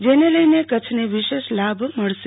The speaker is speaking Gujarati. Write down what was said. જેને લઈને કચ્છને વિશેષ લાભ મળશે